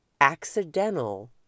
accidental